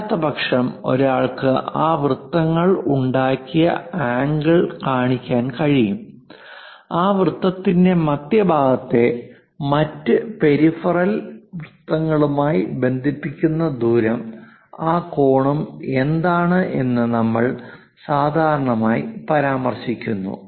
അല്ലാത്തപക്ഷം ഒരാൾക്ക് ആ വൃത്തങ്ങൾ ഉണ്ടാക്കിയ ആംഗിൾ കാണിക്കാൻ കഴിയും ആ വൃത്തത്തിന്റെ മധ്യഭാഗത്തെ മറ്റ് പെരിഫറൽ വൃത്തങ്ങളുമായി ബന്ധിപ്പിക്കുന്ന ദൂരം ആ കോണും എന്താണ് എന്ന് നമ്മൾ സാധാരണയായി പരാമർശിക്കുന്നു